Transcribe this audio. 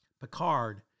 Picard